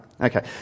Okay